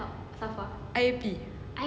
I_P